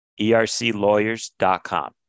ERClawyers.com